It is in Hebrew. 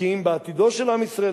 בקיאים בעתידו של עם ישראל.